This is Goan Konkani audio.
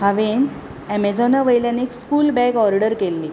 हांवें एमॅझोना वयल्यान एक स्कूल बॅग ऑर्डर केल्ली